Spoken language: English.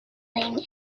lane